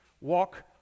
Walk